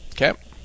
Okay